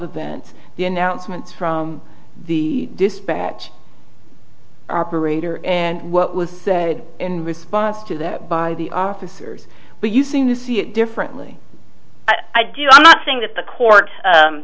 events the announcements from the dispatch operator and what was said in response to that by the officers were using to see it differently i do not think that the court